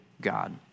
God